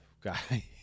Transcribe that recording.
guy